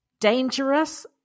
dangerous